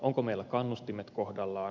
onko meillä kannustimet kohdallaan